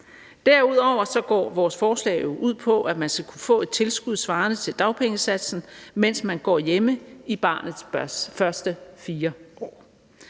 Derudover går vores forslag jo ud på, at man skal kunne få et tilskud svarende til dagpengesatsen, mens man går hjemme i barnets første 4 år.